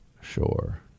Sure